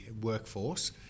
workforce